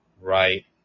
right